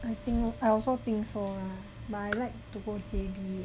I think I also think so lah but I like to go J_B